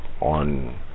on